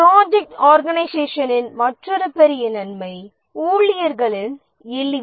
project ஆர்கனைஷேசனின் மற்றொரு பெரிய நன்மை ஊழியர்களின் எளிமை